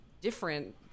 different